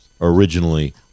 originally